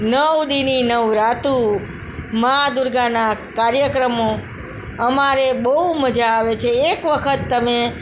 નઉ દી ની નવ રાતો મા દુર્ગાના કાર્યક્રમો અમારે બહુ મજા આવે છે એક વખત તમે